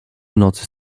nocy